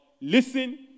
listen